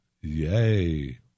Yay